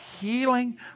healing